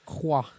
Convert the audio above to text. Croix